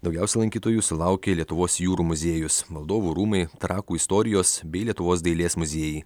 daugiausia lankytojų sulaukė lietuvos jūrų muziejus valdovų rūmai trakų istorijos bei lietuvos dailės muziejai